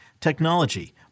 technology